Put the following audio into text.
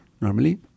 normally